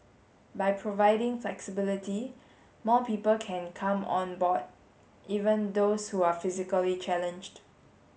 by providing flexibility more people can come on board even those who are physically challenged